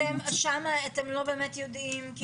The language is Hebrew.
אז שמה אתם לא באמת יודעים.